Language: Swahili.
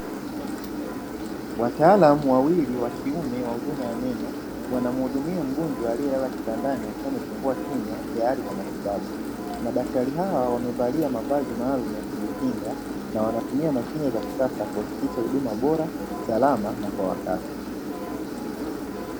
Wataalamu wawili wa kiume wa huduma ya meno wanamhudumia mgonjwa aliyelala kitandani akiwa amefungua kinywa tayari kwa matibabu. Madaktari hawa wamevalia mavazi maalum ya kujikinga na wanatumia mashine za kisasa kuhakikisha huduma bora, salama na kwa wakati.